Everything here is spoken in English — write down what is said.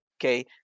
Okay